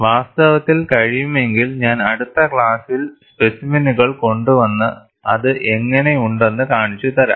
വാസ്തവത്തിൽ കഴിയുമെങ്കിൽ ഞാൻ അടുത്ത ക്ലാസ്സിൽ സ്പെസിമെനുകൾ കൊണ്ടുവന്ന് അത് എങ്ങനെയുണ്ടെന്ന് കാണിച്ചുതരാം